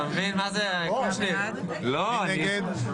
מי נגד?